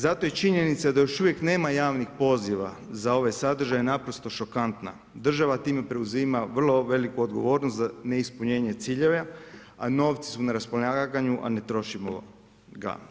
Zato je činjenica da još uvijek nema javnih poziva za ove sadržaje naprosto šokantna, država time preuzima vrlo veliku odgovornost za neispunjenje ciljeva, a novci su na raspolaganju, a ne trošimo ga.